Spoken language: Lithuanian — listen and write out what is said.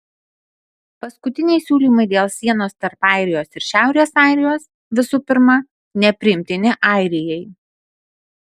paskutiniai siūlymai dėl sienos tarp airijos ir šiaurės airijos visų pirma nepriimtini airijai